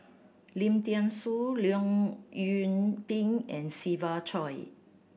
Lim Thean Soo Leong Yoon Pin and Siva Choy